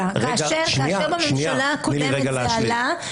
זה עלה בממשלה הקודמת,